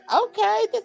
okay